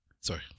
Sorry